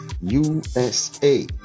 USA